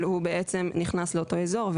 אבל הוא בעצם נכנס לאותו אזור.